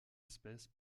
espèce